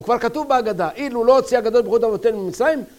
הוא כבר כתוב באגדה, אילו לא הוציאה הקב"ה את אבותינו ממצרים.